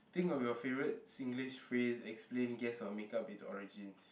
think of your favorite Singlish phrase explain guess or make up it's origins